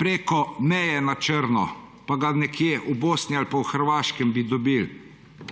preko meje na črno, pa bi ga nekje v Bosni ali pa v Hrvaškem dobili.